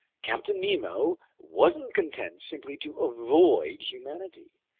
captain nemo wasn't content simply to avoid humanity!